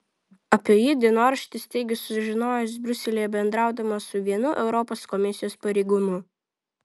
apie jį dienraštis teigia sužinojęs briuselyje bendraudamas su vienu europos komisijos pareigūnu